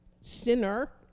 sinner